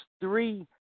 three –